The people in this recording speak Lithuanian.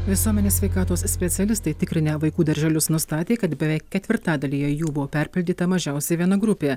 visuomenės sveikatos specialistai tikrinę vaikų darželius nustatė kad beveik ketvirtadalyje jų buvo perpildyta mažiausiai viena grupė